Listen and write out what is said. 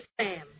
Sam